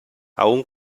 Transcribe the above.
aún